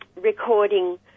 recording